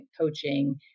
coaching